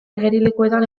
igerilekuetan